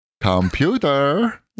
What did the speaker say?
Computer